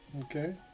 okay